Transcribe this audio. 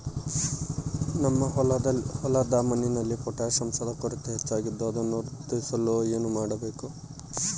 ನಮ್ಮ ಹೊಲದ ಮಣ್ಣಿನಲ್ಲಿ ಪೊಟ್ಯಾಷ್ ಅಂಶದ ಕೊರತೆ ಹೆಚ್ಚಾಗಿದ್ದು ಅದನ್ನು ವೃದ್ಧಿಸಲು ಏನು ಮಾಡಬೇಕು?